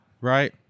right